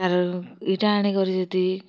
ଆର୍ ଏଇଟା ଆଣିକରି ଯଦି